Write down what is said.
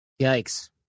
Yikes